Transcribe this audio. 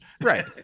Right